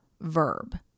verb